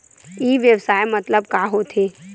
ई व्यवसाय मतलब का होथे?